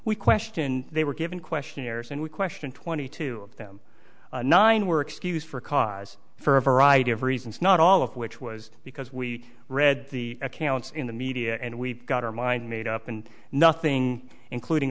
questioned they were given questionnaires and we questioned twenty two of them nine were excused for cause for a variety of reasons not all of which was because we read the accounts in the media and we've got our mind made up and nothing including